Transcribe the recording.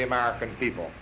the american people